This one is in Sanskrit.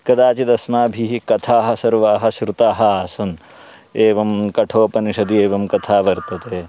कदाचित् अस्माभिः कथाः सर्वाः श्रुताः आसन् एवं कठोपनिषदि एवं कथा वर्तते